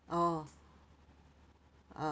oh ah